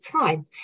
fine